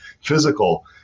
physical